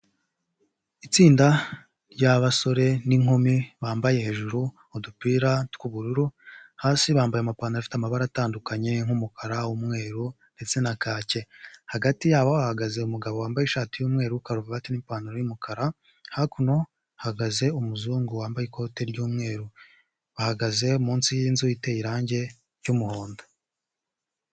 Itsinda ry'abasore n'inkumi bambaye hejuru udupira tw'ubururu, hasi bambaye amapantaro afite amabara atandukanye, nk'umukara, umweru, ndetse na kacyi, hagati yabo hahagaze umugabo wambaye ishati y'umweru, karuvati n'ipantaro y'umukara, hakuno hahagaze umuzungu wambaye ikote ry'umweru, bahagaze munsi y'inzu iteye irangi ry'umuhondo.